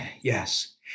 Yes